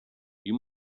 you